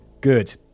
Good